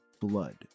Blood